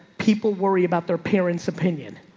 people worry about their parents' opinion.